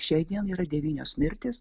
šiai dienai yra devynios mirtys